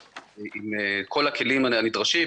עם כל הכלים הנדרשים,